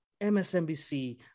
MSNBC